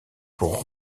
pour